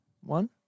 one